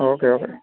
okay okay